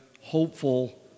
Hopeful